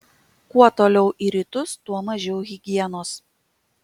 kuo toliau į rytus tuo mažiau higienos